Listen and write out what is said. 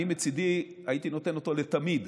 אני מצידי הייתי נותן אותו לתמיד,